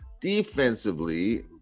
Defensively